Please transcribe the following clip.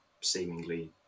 seemingly